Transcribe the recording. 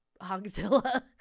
Hogzilla